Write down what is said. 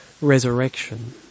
resurrection